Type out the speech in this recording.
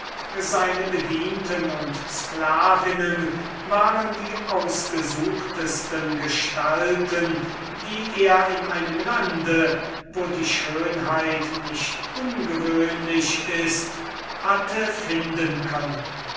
seine bediente und sklavinnen waren die ausgesuchtesten gestalten die er in einem lande wo die schönheit gewöhnlich ist hatte finden können